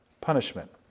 punishment